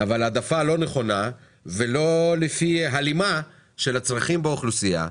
וללא הלימה לצרכים באוכלוסייה,